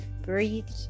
breathed